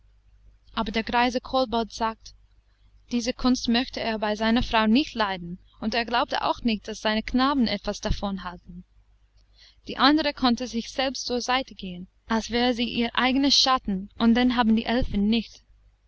aber der greise kobold sagte diese kunst möchte er bei seiner frau nicht leiden und er glaubte auch nicht daß seine knaben etwas davon halten die andere konnte sich selbst zur seite gehen als wäre sie ihr eigener schatten und den haben die elfen nicht